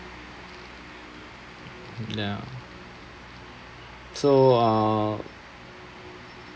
ya so uh